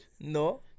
No